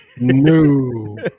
No